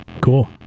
Cool